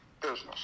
business